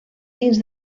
dins